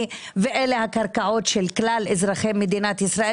ואלה הקרקעות של כלל אזרחי מדינת ישראל,